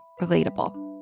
relatable